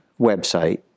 website